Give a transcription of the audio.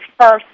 first